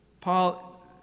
Paul